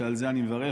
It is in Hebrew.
שעל זה אני מברך,